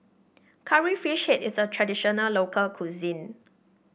Curry Fish Head is a traditional local cuisine